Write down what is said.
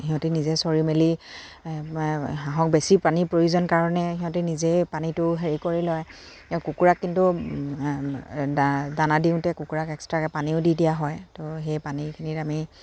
সিহঁতি নিজে চৰি মেলি হাঁহক বেছি পানীৰ প্ৰয়োজন কাৰণে সিহঁতে নিজেই পানীটো হেৰি কৰি লয় কুকুৰাক কিন্তু দানা দিওঁতে কুকুৰাক এক্সট্ৰাকে পানীও দি দিয়া হয় তো সেই পানীখিনিত আমি